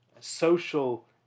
social